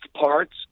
parts